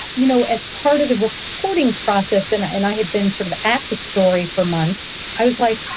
you know, as part of the reporting process and ah and i had been sort of at the story for months, i was like,